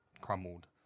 crumbled